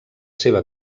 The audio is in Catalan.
seva